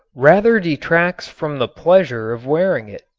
rather detracts from the pleasure of wearing it,